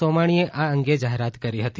સોમાણીએ આ અંગે જાહેરાત કરી હતી